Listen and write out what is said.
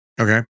Okay